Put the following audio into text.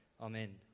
Amen